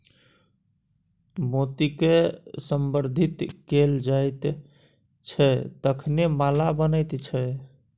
मोतीकए संवर्धित कैल जाइत छै तखने माला बनैत छै